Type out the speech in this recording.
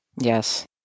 Yes